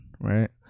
right